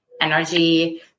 energy